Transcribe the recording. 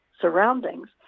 surroundings